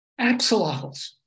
axolotls